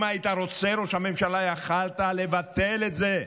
אם היית רוצה, ראש הממשלה, יכולת לבטל את זה.